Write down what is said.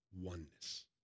oneness